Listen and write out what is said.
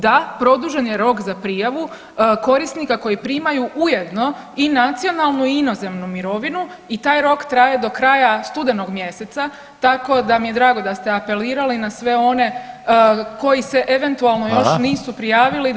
Da produžen je rok za prijavu korisnika koji primaju ujedno i nacionalnu i inozemnu mirovinu i taj rok traje do kraja studenog mjeseca, tako da mi je drago da ste apelirali na sve one koji se [[Upadica: Hvala.]] eventualno još nisu prijavili da to učine.